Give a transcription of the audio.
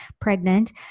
pregnant